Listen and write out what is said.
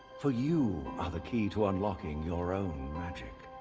for you are the key to unlocking your own magic.